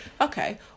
Okay